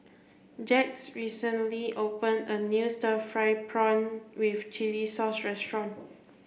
Jax recently open a new stir fried prawn with chili sauce restaurant